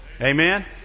Amen